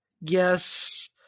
yes